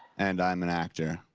and i'm an actor.